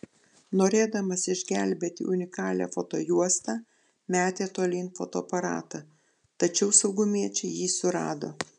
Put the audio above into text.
norėdamas išgelbėti unikalią fotojuostą metė tolyn fotoaparatą tačiau saugumiečiai jį surado